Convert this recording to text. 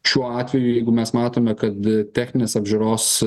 šiuo atveju jeigu mes matome kad techninės apžiūros